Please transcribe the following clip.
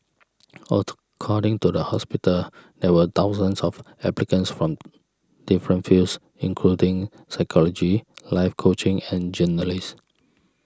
according to the hospital there were thousands of applicants from different fields including psychology life coaching and journalism